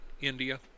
India